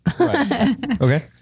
Okay